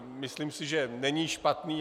Myslím si, že není špatný.